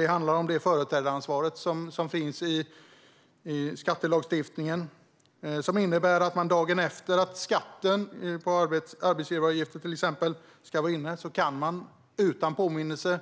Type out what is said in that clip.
Det handlar om det företrädaransvar som finns i skattelagstiftningen och som innebär att man som företrädare i ett bolag, där man kanske sitter i styrelsen, dagen efter att till exempel arbetsgivaravgifter ska vara inne utan påminnelse